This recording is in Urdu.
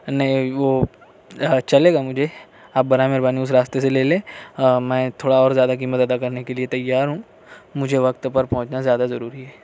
نہیں وہ چلے گا مجھے آپ برائے مہربانی اس راستہ سے لے لیں میں تھوڑا اور زیادہ قیمت ادا کرنے کے لیے تیار ہوں مجھے وقت پر پہنچنا زیادہ ضروری ہے